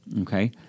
okay